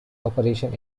operations